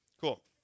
cool